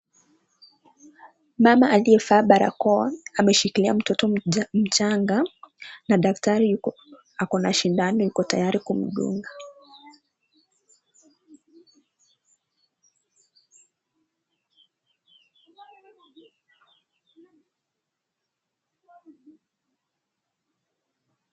Baba aliyevaa barakoa ameshikilia mtoto mchanga na daktari ako na shindano yuko tayari kumdunga.